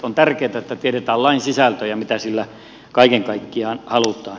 on tärkeätä että tiedetään lain sisältö ja mitä sillä kaiken kaikkiaan halutaan